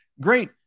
Great